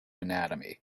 anatomy